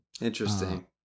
Interesting